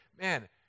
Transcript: Man